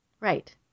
Right